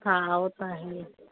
हा उहो त आहे ई